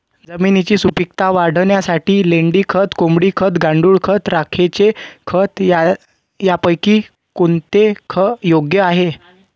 जमिनीची सुपिकता वाढवण्यासाठी लेंडी खत, कोंबडी खत, गांडूळ खत, राखेचे खत यापैकी कोणते योग्य आहे?